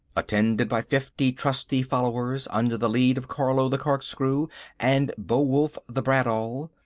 attended by fifty trusty followers under the lead of carlo the corkscrew and beowulf the bradawl,